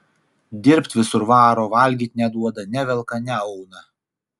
dirbt visur varo valgyt neduoda nevelka neauna